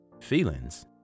Feelings